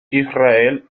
israel